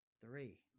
three